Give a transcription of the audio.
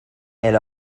elle